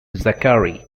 zachary